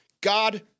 God